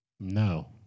No